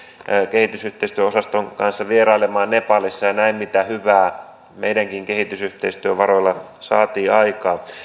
kehitysyhteistyöosaston kanssa vierailemaan nepalissa ja näin mitä hyvää meidänkin kehitysyhteistyövaroillamme saatiin aikaan